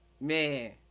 man